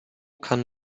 kann